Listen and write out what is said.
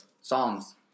Psalms